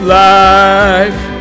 life